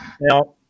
Now